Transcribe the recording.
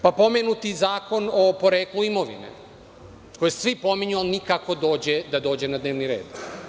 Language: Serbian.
Pa, pomenuti Zakon o poreklu imovine, koji svi pominju, ali nikako da dođe na dnevni red.